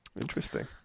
Interesting